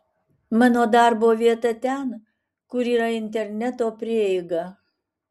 mano darbo vieta ten kur yra interneto prieiga